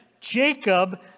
Jacob